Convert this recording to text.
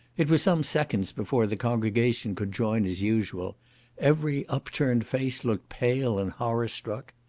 it was some seconds before the congregation could join as usual every upturned face looked pale and horror struck.